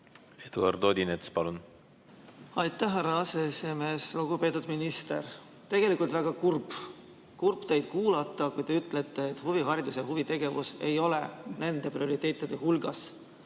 Eduard Odinets, palun! Aitäh, härra aseesimees! Lugupeetud minister! Tegelikult väga kurb on kuulata, kui te ütlete, et huviharidus ja huvitegevus ei ole nende prioriteetide hulgas,